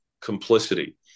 complicity